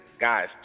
Guys